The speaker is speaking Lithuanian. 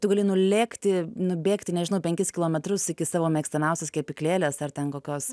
tu gali nulėkti nubėgti nežinau penkis kilometrus iki savo mėgstamiausias kepyklėles ar ten kokios